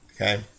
okay